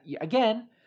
Again